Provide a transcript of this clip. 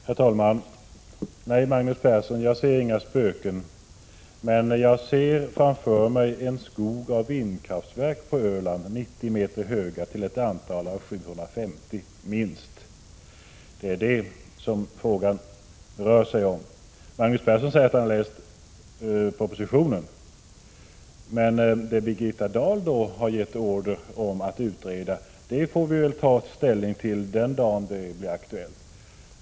Herr talman! Nej, Magnus Persson, jag ser inga spöken, men jag ser framför mig en skog av vindkraftverk på Öland, 90 m höga, till ett antal av 750 — minst. Det är det frågan rör sig om. Magnus Persson säger att han har läst propositionen men att det Birgitta Dahl har gett order om att utreda får vi ta ställning till den dag det blir aktuellt.